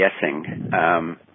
guessing